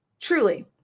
truly